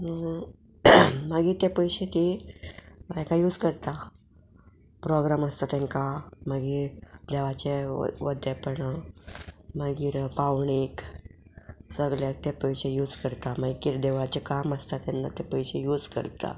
मागीर ते पयशे ती हाका यूज करता प्रोग्राम आसता तांकां मागीर देवाचे वद्यापणां मागीर पावणेक सगल्याक ते पयशे यूज करता मागीर देवाचें काम आसता तेन्ना ते पयशे यूज करता